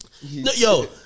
Yo